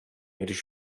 když